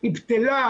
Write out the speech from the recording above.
היא בטלה,